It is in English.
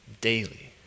daily